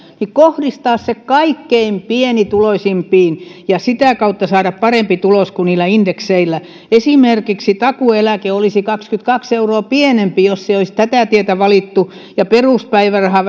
kohdistaa se kaikkein pienituloisimpiin ja sitä kautta saada parempi tulos kuin indekseillä esimerkiksi takuueläke olisi kaksikymmentäkaksi euroa pienempi jos ei olisi tätä tietä valittu ja peruspäiväraha